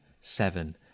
seven